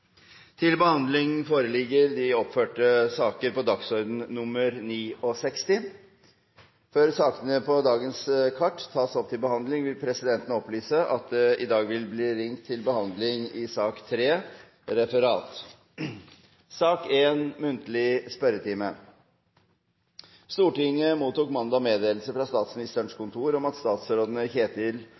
Før sakene på dagens kart tas opp til behandling, vil presidenten opplyse om at det i dag vil bli ringt til behandling av sak nr. 3, Referat. Stortinget mottok mandag meddelelse fra Statsministerens kontor om at statsrådene Ketil